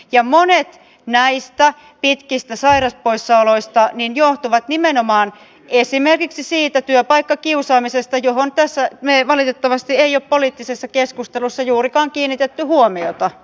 ja monet näistä pitkistä sairauspoissaoloista johtuvat nimenomaan esimerkiksi siitä työpaikkakiusaamisesta johon tässä me ei valitettavasti eija poliittisessa keskustelussa juurikaan kiinnitetty huomiota